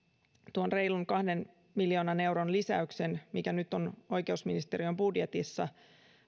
tuon reilun kahden miljoonan euron lisäyksen mikä nyt on oikeusministeriön budjetissa